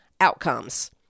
outcomes